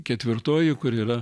ketvirtoji kur yra